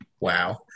WoW